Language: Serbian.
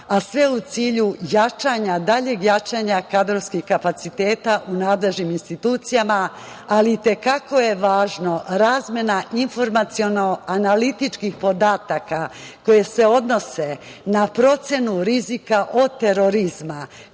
a sve u cilju jačanja kadrovskih kapaciteta u nadležnim institucijama, ali i te kako je važna razmena informaciono-analitičkih podataka koji se odnose na procenu rizika od terorizma